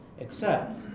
accepts